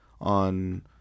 on